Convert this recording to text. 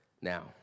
Now